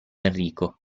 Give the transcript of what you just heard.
enrico